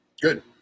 good